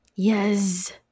Yes